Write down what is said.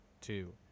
two